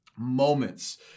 moments